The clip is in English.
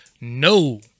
No